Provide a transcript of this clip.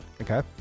okay